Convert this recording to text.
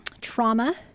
trauma